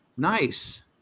Nice